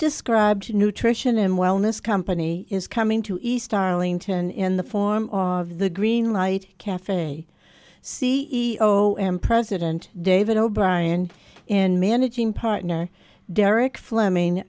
described nutrition and wellness company is coming to east arlington in the form of the green light caf c e o and president david o'brien and managing partner derek fleming